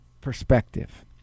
perspective